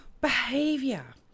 behavior